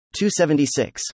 276